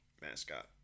Mascot